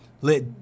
let